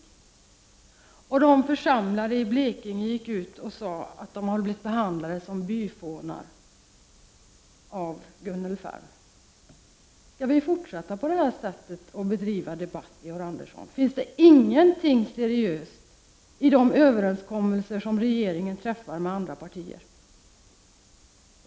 De som var församlade vid det tillfället gick sedan ut och sade att de blivit behandlade som byfånar av Gunnel Färm. Skall vi fortsätta med detta sätt att bedriva debatt, Georg Andersson? Finns det inte något seriöst i de överenskommelser som regeringen träffar med andra partier?